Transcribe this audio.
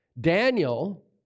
Daniel